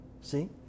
See